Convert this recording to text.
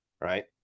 right